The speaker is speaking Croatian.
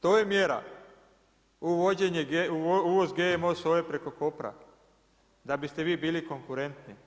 To je mjera, uvođenje GMO soje preko Kopra, da bi ste vi bili konkurentni?